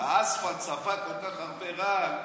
האספלט ספג כל כך הרבה רעל מלפיד,